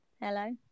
Hello